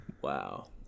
Wow